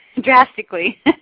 drastically